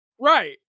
Right